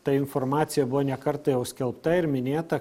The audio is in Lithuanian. ta informacija buvo ne kartą jau skelbta ir minėta